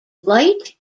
light